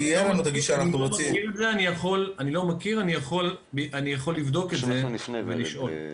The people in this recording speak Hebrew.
אני לא מכיר, אני יכול לבדוק את זה ולשאול.